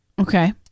Okay